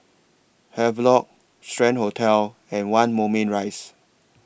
Havelock Strand Hotel and one Moulmein Rise